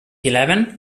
eleven